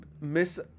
miss